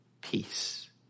peace